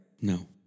No